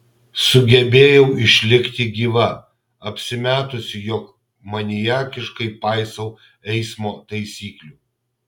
sugebėjau išlikti gyva apsimetusi jog maniakiškai paisau eismo taisyklių